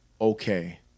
okay